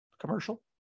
Commercial